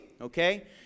Okay